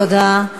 תודה.